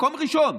מקום ראשון.